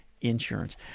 insurance